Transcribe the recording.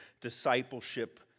discipleship